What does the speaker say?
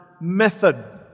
Method